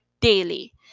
daily